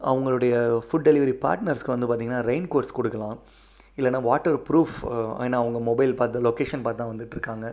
அவங்களுடைய food delivery பார்ட்னர்ஸ்க்கு வந்து பார்த்தீங்னா ரெயின் கோட்ஸ் கொடுக்கலாம் இல்லைனா வாட்டர் ப்ரூஃப் ஏன்னா அவங்க மொபைல் பார்த்து லொகேஷன் பார்த்து தான் வந்துட்ருக்காங்க